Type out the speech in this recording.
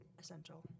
essential